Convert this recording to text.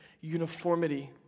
uniformity